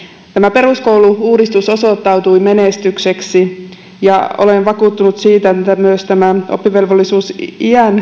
peruskoulu uudistus osoittautui menestykseksi ja olen vakuuttunut siitä että myös tämä oppivelvollisuusiän